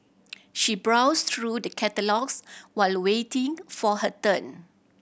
she browsed through the catalogues while waiting for her turn